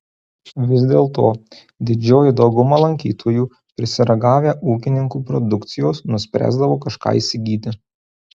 vis dėlto didžioji dauguma lankytojų prisiragavę ūkininkų produkcijos nuspręsdavo kažką įsigyti